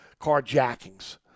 carjackings